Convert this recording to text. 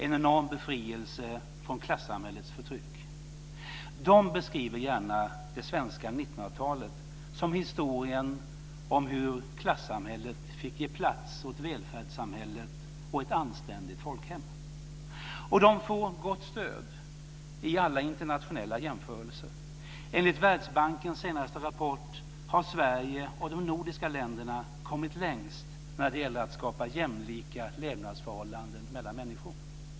En enorm befrielse från klassamhällets förtryck. De beskriver gärna det svenska 1900-talet som historien om hur klassamhället fick ge plats åt välfärdssamhället och ett anständigt folkhem. De får gott stöd i alla internationella jämförelser. Enligt Världsbankens senaste rapport har Sverige och de nordiska länderna kommit längst när det gäller att skapa jämlika levnadsförhållanden mellan människor.